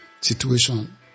situation